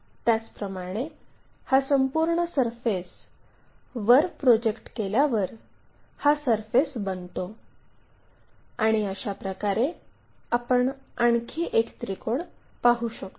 त्याचप्रमाणे हा संपूर्ण सरफेस वर प्रोजेक्ट केल्यावर हा सरफेस बनतो आणि अशाप्रकारे आपण आणखी एक त्रिकोण पाहू शकतो